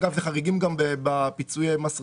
אגב, אלה חריגים גם בפיצויי מס רכוש.